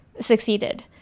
succeeded